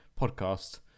podcast